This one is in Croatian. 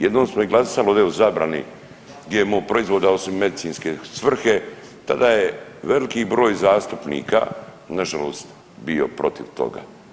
Jednom smo i glasali ovdje o zabrani GMO-o proizvoda osim u medicinske svrhe, tada je veliki broj zastupnika nažalost bio protiv toga.